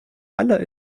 aller